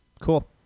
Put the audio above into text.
Cool